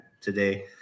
today